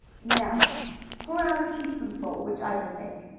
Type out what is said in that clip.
now pour out a teaspoonful, which i will take.